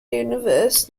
universe